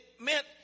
meant